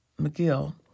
McGill